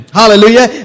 hallelujah